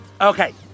Okay